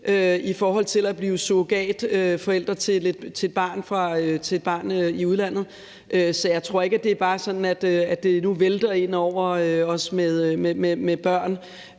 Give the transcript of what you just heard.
jo også dyrt at blive surrogatforældre til et barn i udlandet. Så jeg tror ikke, det er sådan, at det nu bare vælter ind over os med børn.